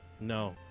no